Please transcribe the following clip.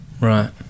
Right